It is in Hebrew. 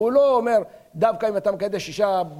הוא לא אומר, דווקא אם אתה מקדש אישה,